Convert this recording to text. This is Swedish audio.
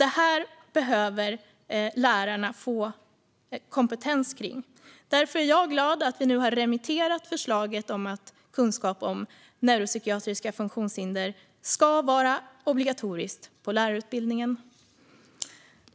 Detta behöver lärarna få kompetens om. Därför är jag glad att vi nu har remitterat förslaget om att kunskap om neuropsykiatriska funktionshinder ska vara obligatoriskt på lärarutbildningen.